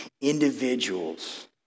individuals